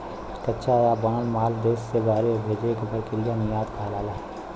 कच्चा या बनल माल देश से बहरे भेजे क प्रक्रिया निर्यात कहलाला